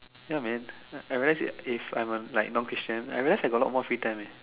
ya man I realise if if I'm like a non Christian like that I got a lot more free time eh